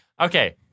okay